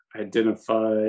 identify